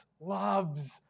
loves